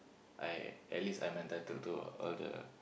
I at least I'm entitled to other